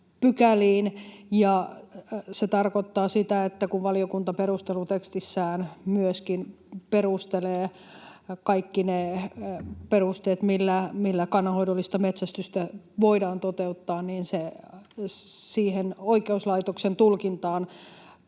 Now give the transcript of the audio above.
se tarkoittaa sitä, että kun valiokunta perustelutekstissään myöskin perustelee kaikki ne perusteet, millä kannanhoidollista metsästystä voidaan toteuttaa, niin siihen oikeuslaitoksen tulkintaan